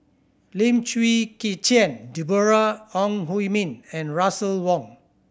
Lim Chwee Chian Deborah Ong Hui Min and Russel Wong